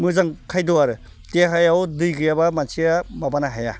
मोजां खायद्द' आरो देहायाव दै गैयाबा मानसिया माबानो हाया